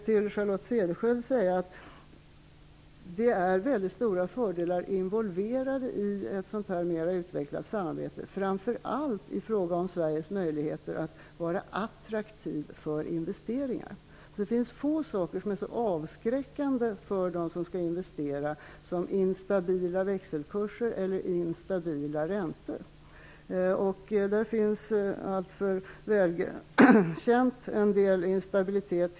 Till Charlotte Cederschiöld kan jag säga att det finns mycket stora fördelar involverade i ett sådant här mera utvecklat samarbete, framför allt när det gäller Sveriges möjligheter att vara ett attraktivt land för investeringar. Det finns få saker som är så avskräckande för dem som skall investera som instabila växelkurser eller instabila räntor. Det är väl känt att det historiskt finns en del instabilitet.